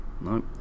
no